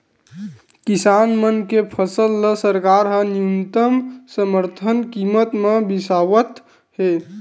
किसान मन के फसल ल सरकार ह न्यूनतम समरथन कीमत म बिसावत हे